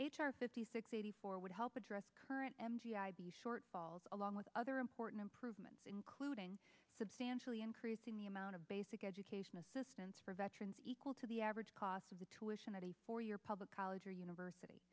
r fifty six eighty four would help address current m t i the shortfalls along with other important improvements including substantially increasing the amount of basic education assistance for veterans equal to the average cost of the tuitions at a four year public college or university